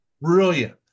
brilliant